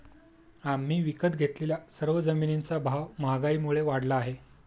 आम्ही विकत घेतलेल्या सर्व जमिनींचा भाव महागाईमुळे वाढला आहे